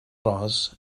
ros